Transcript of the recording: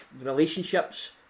relationships